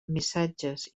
missatges